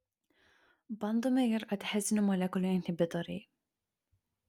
bandomi ir adhezinių molekulių inhibitoriai